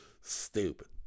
Stupid